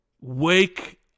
wake